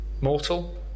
Mortal